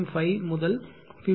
5 முதல் 50